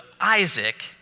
Isaac